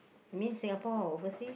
mean Singapore or overseas